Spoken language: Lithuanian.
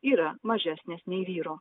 yra mažesnės nei vyrų